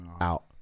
out